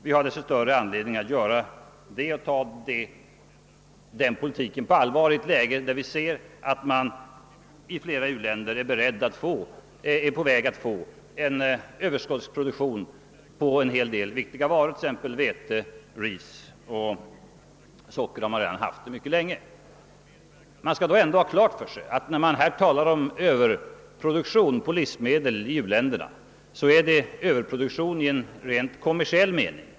Vi har så mycket större anledning att ta den politiken på allvar i ett läge då flera u-länder håller på att få en överproduktion på en hel del viktiga produkter såsom vete och ris. På socker har de länge haft en överproduktion. Man skall dock ha klart för sig att när man här talar om överproduktion på livsmedel i u-länderna är det i en rent kommersiell mening.